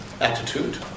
attitude